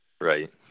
right